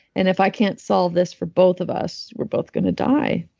and if i can't solve this for both of us, we're both going to die.